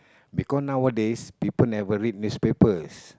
because nowadays people never read newspapers